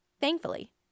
Thankfully